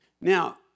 Now